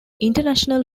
international